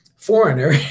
foreigner